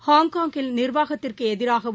ஹாப்காங்கில் நிர்வாகத்திற்குஎதிராகவும்